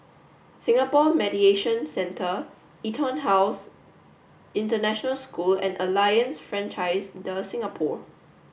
Singapore Mediation Centre EtonHouse International School and Alliance Francaise de Singapour